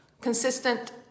consistent